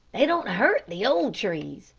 they don't hurt the old trees,